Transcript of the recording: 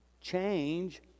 change